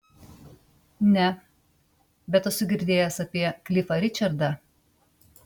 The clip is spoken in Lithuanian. ne bet esu girdėjęs apie klifą ričardą